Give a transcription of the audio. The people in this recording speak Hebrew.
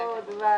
ישיבה זו נעולה.